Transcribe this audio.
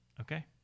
Okay